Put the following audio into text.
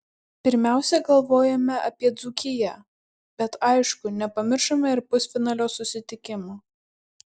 pirmiausia galvojome apie dzūkiją bet aišku nepamiršome ir pusfinalio susitikimo